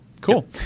Cool